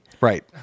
Right